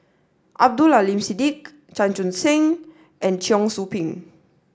Abdul Aleem Siddique Chan Chun Sing and Cheong Soo Pieng